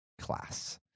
class